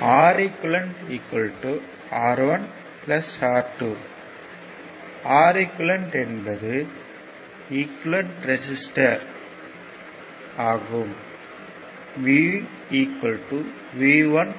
Req R1 R2 Req என்பது equivalent resistor V V1